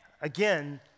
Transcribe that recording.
Again